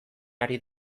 ari